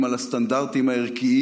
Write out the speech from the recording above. על הסטנדרטים הערכיים